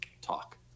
talk